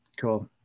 cool